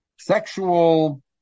sexual